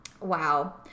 Wow